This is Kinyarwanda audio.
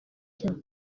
cya